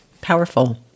powerful